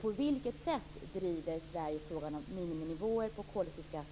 På vilket sätt driver Sverige på EU nivå frågan om miniminivåer på koldioxidskatt?